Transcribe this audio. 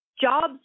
Jobs